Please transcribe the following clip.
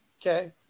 Okay